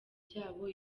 ryabo